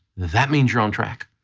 that means you're on track.